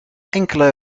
enkele